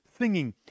singing